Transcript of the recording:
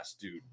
dude